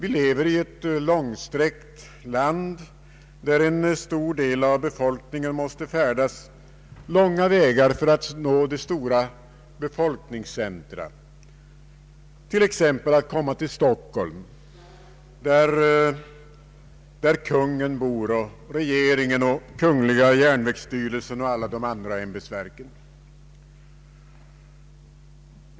I vårt långsträckta land måste en betydande del av befolkningen färdas långa vägar för att nå de stora befolkningscentra, t.ex. Stockholm där kungen finns och regeringen, kungl. järnvägsstyrelsen och alla de andra ämbetsverken.